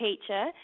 teacher